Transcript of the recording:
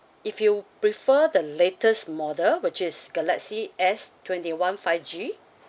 if you prefer the latest model which is galaxy S twenty one five G